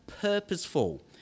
purposeful